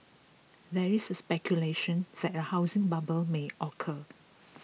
there is speculation that a housing bubble may occur